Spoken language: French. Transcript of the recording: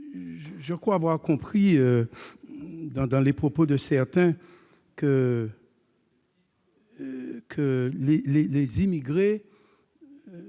Je crois avoir compris, au travers des propos de certains, que les immigrés